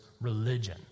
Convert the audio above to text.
religion